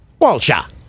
Walsha